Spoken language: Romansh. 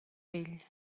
vegl